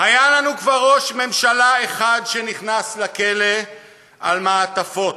היה לנו כבר ראש ממשלה אחד שנכנס לכלא על מעטפות,